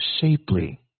shapely